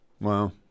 Wow